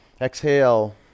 Exhale